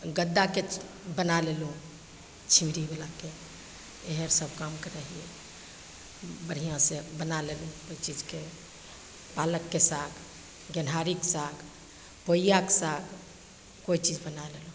गद्दाके बना लेलहुँ छिमरीवलाके इएहसब काम करय हिए बढ़िआँसे बना लेलहुँ हर चीजके पालकके साग गेनहारीके साग पोइआँके साग कोइ चीज बना लेलहुँ